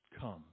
come